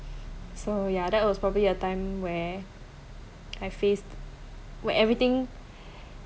so yeah that was probably that time where I faced where everything